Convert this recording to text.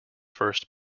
first